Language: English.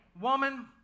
woman